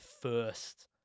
first